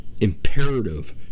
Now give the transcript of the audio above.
imperative